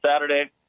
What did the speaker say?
Saturday